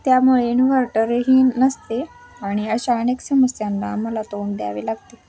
त्यामुळे इन्व्हर्टरही नसते आणि अशा अनेक समस्यांना आम्हाला तोंड द्यावे लागते